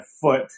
foot